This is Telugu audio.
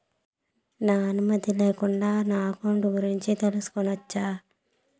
నా అనుమతి లేకుండా నా అకౌంట్ గురించి తెలుసుకొనొచ్చా?